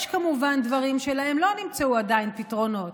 יש כמובן דברים שלהם לא נמצאו עדיין פתרונות,